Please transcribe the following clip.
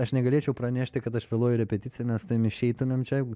aš negalėčiau pranešti kad aš vėluoju į repeticiją mes su tavim išeitumėm čia